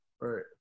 right